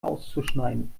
auszuschneiden